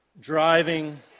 driving